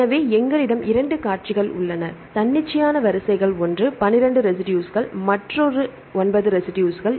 எனவே எங்களிடம் 2 காட்சிகள் உள்ளன தன்னிச்சையான வரிசைகள் ஒன்று 12 ரெசிடுஸ்கள் மற்றொரு ஒன்பது ரெசிடுஸ்கள்